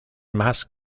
más